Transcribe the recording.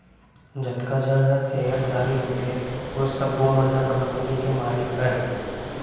जतका झन ह सेयरधारी होथे ओ सब्बो मन ह कंपनी के मालिक अय